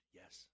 yes